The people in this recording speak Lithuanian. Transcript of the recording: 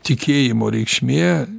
tikėjimo reikšmė